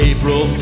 April